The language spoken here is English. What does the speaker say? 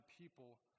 people